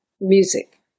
music